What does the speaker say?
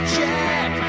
Check